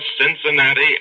Cincinnati